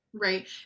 Right